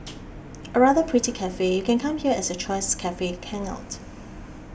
a rather pretty cafe you can come here as your choice cafe can out